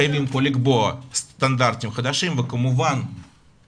חייבים פה לקבוע סטנדרטיים חדשים וכמובן אנחנו לא ניכנס לזה היום,